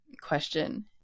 question